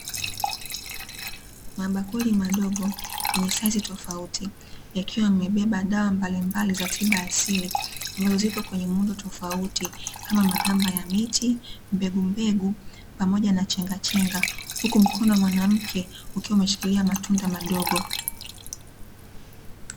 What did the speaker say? Mabakuli madogo yenye saizi tofauti yakiwa yamebeba dawa mbalimbali za tiba asili ambazo zipo kwenye muundo tofauti, kama; magamba ya miti, mbegumbegu pamoja na chengachenga huku mkono wa mwanamke ukiwa umeshikilia matunda madogo.